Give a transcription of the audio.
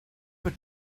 for